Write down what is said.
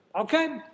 Okay